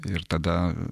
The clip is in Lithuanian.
ir tada